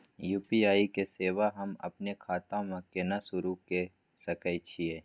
UPI के सेवा हम अपने खाता म केना सुरू के सके छियै?